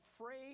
afraid